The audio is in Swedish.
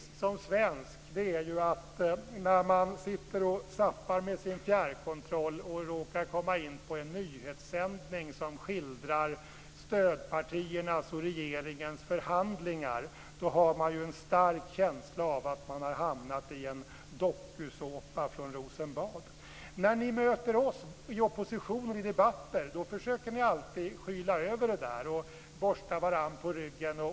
När man zappar med sin fjärrkontroll och råkar komma till en nyhetssändning som skildrar stödpartiernas och regeringens förhandlingar får man en stark känsla av att ha hamnat i en dokusåpa från Rosenbad. När ni möter oss från oppositionen i debatter försöker ni alltid skyla över och borsta varandra på ryggen.